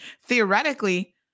theoretically